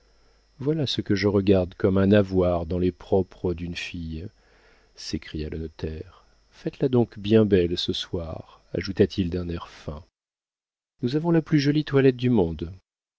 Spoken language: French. voilà ce que je regarde comme un avoir dans les propres d'une fille s'écria le notaire faites-la donc bien belle ce soir ajouta-t-il d'un air fin nous avons la plus jolie toilette du monde